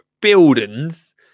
buildings